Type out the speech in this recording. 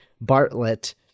Bartlett